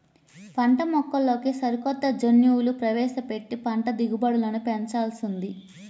పంటమొక్కల్లోకి సరికొత్త జన్యువులు ప్రవేశపెట్టి పంట దిగుబడులను పెంచాల్సి ఉంది